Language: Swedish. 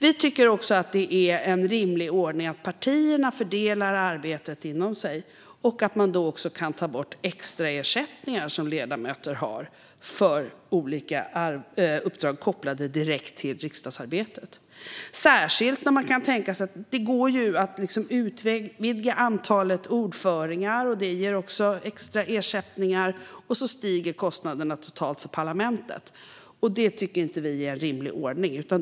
Vi tycker också att det är en rimlig ordning att partierna fördelar arbetet inom sig och att man då kan ta bort extraersättningar som ledamöter får för olika uppdrag kopplade direkt till riksdagsarbetet. Detta gäller särskilt i samband med att det till exempel går att utöka antalet ordförande, och det ger också extra ersättning - så stiger kostnaderna totalt för parlamentet. Det tycker vi inte är en rimlig ordning.